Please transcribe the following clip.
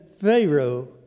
Pharaoh